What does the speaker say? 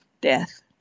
death